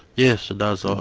yes, it does. um